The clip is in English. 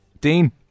Dean